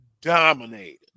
dominated